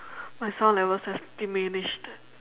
my sound levels have diminished